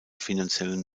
finanziellen